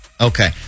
okay